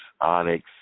Onyx